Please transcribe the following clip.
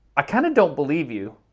i kind of don't believe you.